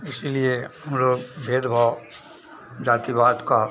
इसलिए हम लोग भेदभाव जातिवाद का